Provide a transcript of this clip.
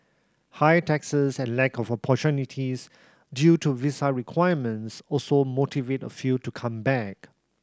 high taxes and lack of opportunities due to visa requirements also motivate a few to come back